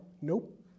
nope